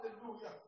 hallelujah